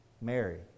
Mary